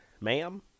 Ma'am